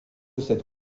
cette